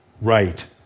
right